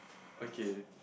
okay